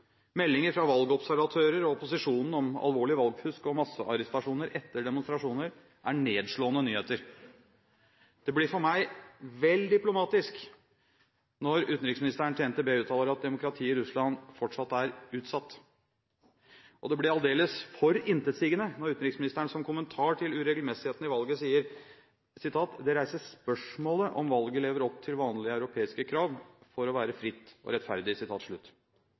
Meldinger fra valgobservatører og opposisjonen om alvorlig valgfusk og massearrestasjoner etter demonstrasjoner er nedslående nyheter. Det blir for meg vel diplomatisk når utenriksministeren uttaler til NTB at demokratiet i Russland fortsatt er utsatt. Og det blir aldeles for intetsigende når utenriksministeren som kommentar til uregelmessighetene i valget sier: «Det reiser spørsmålet om valget lever opp til vanlige europeiske krav for å være fritt og rettferdig.»